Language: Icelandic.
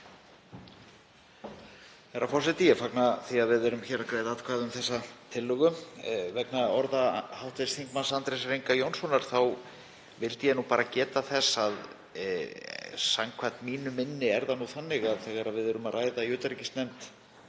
Við erum hér að greiða atkvæði um þessa tillögu. Vegna orða hv. þm. Andrésar Inga Jónssonar vildi ég bara geta þess að samkvæmt mínu minni er það nú þannig að þegar við erum að ræða í utanríkismálanefnd